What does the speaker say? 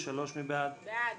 אין